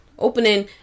opening